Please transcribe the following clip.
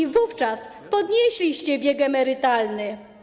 I wówczas podnieśliście wiek emerytalny.